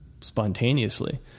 spontaneously